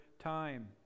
time